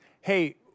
hey